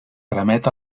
tramet